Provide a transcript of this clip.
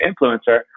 influencer